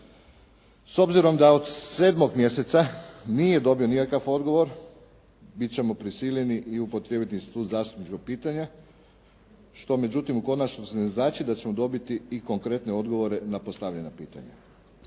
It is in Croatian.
S obzirom da od 7. mjeseca nije dobio nikakav odgovor, bit ćemo prisiljeni i upotrijebiti … /Govornik se ne razumije./ … zastupnička pitanja, što međutim u konačnici ne znači da ćemo dobiti i konkretne odgovore na postavljena pitanja.